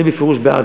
אני בפירוש בעד,